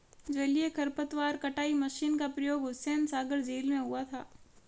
जलीय खरपतवार कटाई मशीन का प्रयोग हुसैनसागर झील में हुआ था